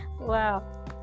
Wow